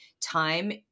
time